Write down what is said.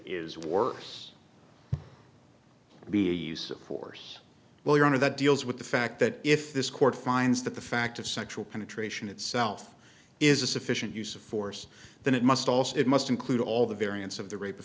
of force well your honor that deals with the fact that if this court finds that the fact of sexual penetration itself is a sufficient use of force then it must also it must include all the variants of the rape of